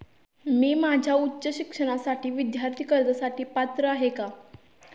मी माझ्या उच्च शिक्षणासाठी विद्यार्थी कर्जासाठी पात्र आहे का?